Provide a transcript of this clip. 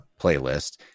playlist